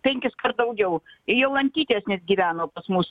penkiskart daugiau jolantytės net gyveno pas mus